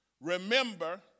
remember